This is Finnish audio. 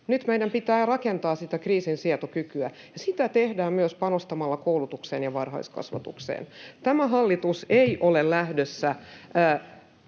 Nyt meidän pitää rakentaa sitä kriisinsietokykyä, ja sitä tehdään myös panostamalla koulutukseen ja varhaiskasvatukseen. Tämä hallitus ei ole lähdössä